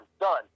done